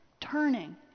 turning